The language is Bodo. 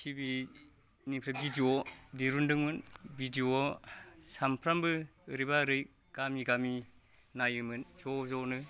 टिभि निफ्राय भिदिअ दिरुनदोंमोन भिदिअ सानफ्रोमबो ओरैबा ओरै गामि गामि नायोमोन ज' ज'नो